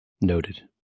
Noted